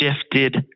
shifted